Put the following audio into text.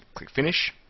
click finish.